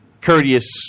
courteous